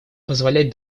позволять